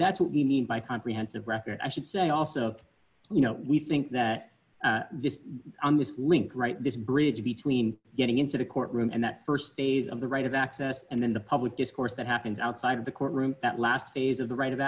that's what we mean by comprehensive record i should say also you know we think that this link right this bridge between getting into the court room and that st phase of the right of access and then the public discourse that happens outside of the courtroom that last phase of the right of